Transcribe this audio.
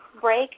break